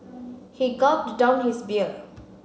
he gulped down his beer